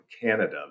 Canada